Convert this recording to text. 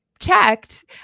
checked